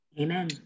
Amen